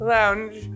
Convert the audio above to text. Lounge